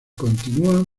continúan